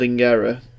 error